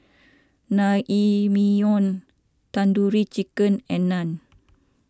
Naengmyeon Tandoori Chicken and Naan